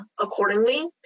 accordingly